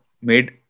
made